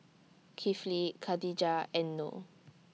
Kifli Khadija and Noh